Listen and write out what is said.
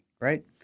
right